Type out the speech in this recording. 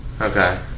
Okay